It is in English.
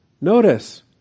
Notice